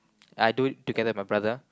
I do it together with my brother